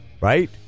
right